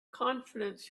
confidence